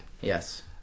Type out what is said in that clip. Yes